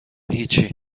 هیچی